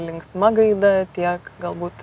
linksma gaida tiek galbūt